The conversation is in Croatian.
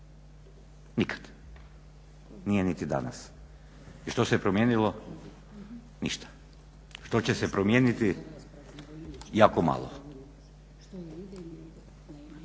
nikad, a nije niti danas. I što se promijenilo? Ništa. Što će se promijeniti? Jako malo.